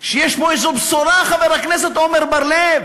שיש פה איזו בשורה, חבר הכנסת עמר בר-לב,